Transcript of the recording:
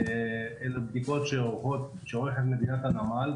אלה בדיקות שעורכת מדינת הנמל,